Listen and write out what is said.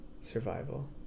survival